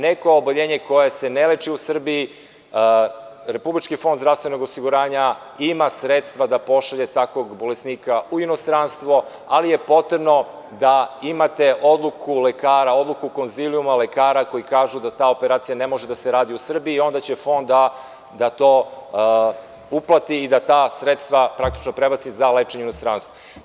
Neko oboljenje koje se ne leči u Srbiji RFZO ima sredstva da pošalje takvog bolesnika u inostranstvo, ali je potrebno da imate odluku lekara, odluku konzilijuma lekara koji kažu da ta operacija ne može da se radi u Srbiji, onda će Fond da to uplati i da ta sredstva praktično prebaci za lečenje u inostranstvo.